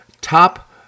top